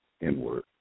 inward